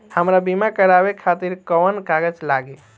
हमरा बीमा करावे खातिर कोवन कागज लागी?